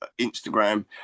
instagram